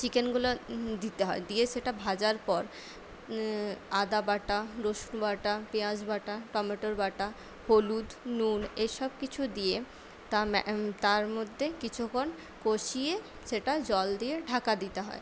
চিকেনগুলো দিতে হয় দিয়ে সেটা ভাজার পর আদা বাটা রসুন বাটা পেয়াঁজ বাটা টমেটোর বাটা হলুদ নুন এসব কিছু দিয়ে তার মধ্যে কিছুক্ষণ কষিয়ে সেটা জল দিয়ে ঢাকা দিতে হয়